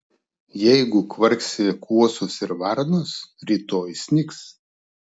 jeigu kvarksi kuosos ir varnos rytoj snigs